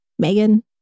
Megan